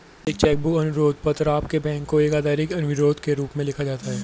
एक cheque book अनुरोध पत्र आपके बैंक को एक आधिकारिक अनुरोध के रूप में लिखा जाता है